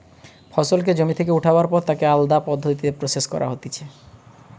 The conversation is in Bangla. ফসলকে জমি থেকে উঠাবার পর তাকে আলদা পদ্ধতিতে প্রসেস করা হতিছে